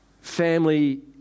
family